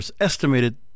estimated